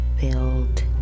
build